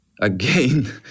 again